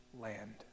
land